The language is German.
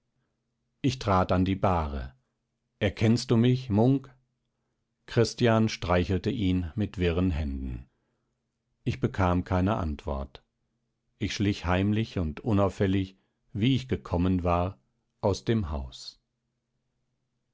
ich trat an die bahre erkennst du mich munk christian streichelte ihn mit wirren händen ich bekam keine antwort ich schlich heimlich und unauffällig wie ich gekommen war aus dem haus